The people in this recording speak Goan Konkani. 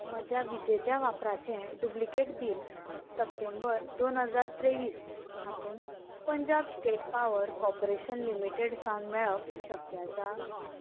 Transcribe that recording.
म्हज्या विजेच्या वापराचें डुब्लिकेट बील सप्टेंबर दोन हजार त्रेवीस हातून Punjab state power corporation limited सावन मेळप शक्य आसा